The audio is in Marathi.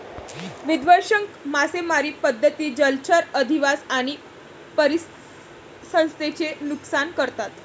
विध्वंसक मासेमारी पद्धती जलचर अधिवास आणि परिसंस्थेचे नुकसान करतात